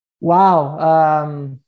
Wow